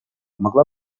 могла